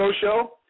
show